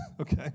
Okay